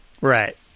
Right